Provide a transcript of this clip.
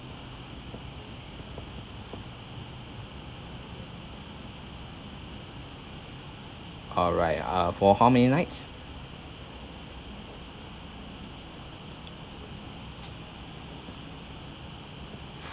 alright uh for how many nights